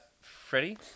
Freddie